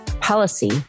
policy